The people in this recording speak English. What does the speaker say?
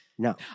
No